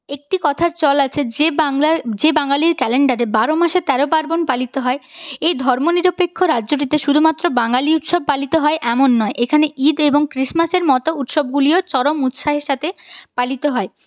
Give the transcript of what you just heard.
একটি কথার চল আছে যে বাঙলার যে বাঙালির ক্যালেন্ডারে বারো মাসে তেরো পার্বণ পালিত হয় এই ধর্ম নিরপেক্ষ রাজ্যটিতে শুধুমাত্র বাঙালি উৎসব পালিত হয় এমন নয় এখানে ঈদ এবং ক্রীশমাসের মতো উৎসবগুলিও চরম উৎসাহের সাথে পালিত হয়